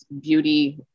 beauty